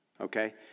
Okay